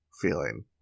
feeling